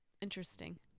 interesting